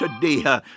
today